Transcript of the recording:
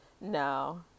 No